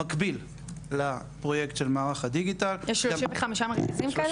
במקביל לפרויקט של מערך הדיגיטל --- יש 35 מרכזים כאלה?